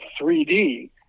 3D